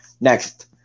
next –